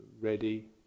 ready